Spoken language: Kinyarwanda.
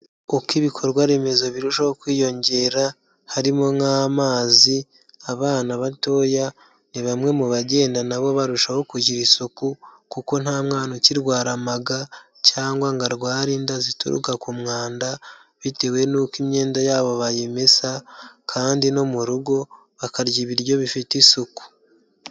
Uko ibikorwa remezo birushaho kwiyongera, harimo nk'amazi, abana batoya ni bamwe mu bagenda nabo barushaho kugira isuku kuko nta mwana ukirwara amaga cyangwa ngo arware inda zituruka ku mwanda, bitewe n'uko imyenda yabo bayimesa kandi no mu rugo bakarya ibiryo bifite isuku.